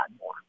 more